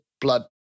blood